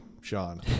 Sean